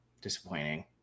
disappointing